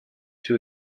too